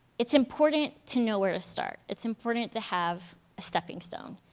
it's important to know where to start. it's important to have a stepping stone.